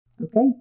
Okay